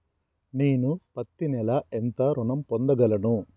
నేను పత్తి నెల ఎంత ఋణం పొందగలను?